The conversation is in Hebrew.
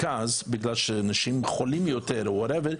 בגלל שאנשים חולים יותר או what ever,